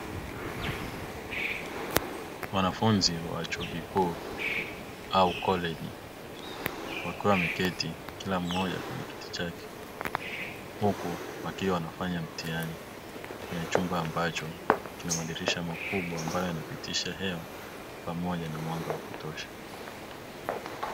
Wanafunzi wa chuo kikuu au koleji wakiwa wameketi, Kila Mmoja kwenye kiti chake, huku wakiwa wanafanya mtihani, kwenye chumba ambacho kina madirisha makubwa ambayo yanapitisha hewa pamoja na mwanga wa kutosha .